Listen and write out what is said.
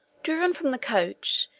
driven from the coast,